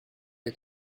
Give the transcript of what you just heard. est